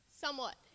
somewhat